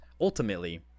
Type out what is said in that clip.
ultimately